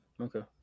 Okay